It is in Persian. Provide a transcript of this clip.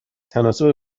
تناسب